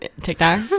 tiktok